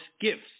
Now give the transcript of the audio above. gifts